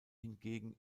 hingegen